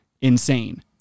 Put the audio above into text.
insane